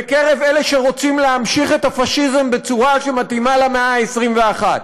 בקרב אלה שרוצים להמשיך את הפאשיזם בצורה שמתאימה למאה ה-21.